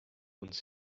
uns